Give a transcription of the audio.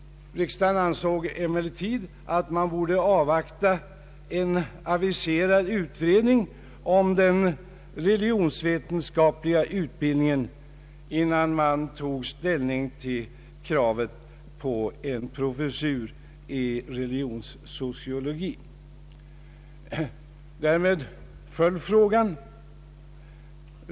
Riksdagen ansåg emellertid att man borde avvakta en aviserad utredning om den religionsvetenskapliga utbildningen innan man tog ställning till kravet på en professur i religionssociologi. Därmed föll frågan.